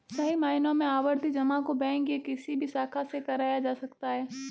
सही मायनों में आवर्ती जमा को बैंक के किसी भी शाखा से कराया जा सकता है